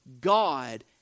God